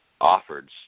offered